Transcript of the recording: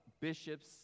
bishops